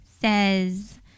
says